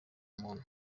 muntu